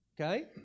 Okay